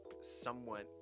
somewhat